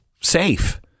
safe